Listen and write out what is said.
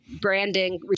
branding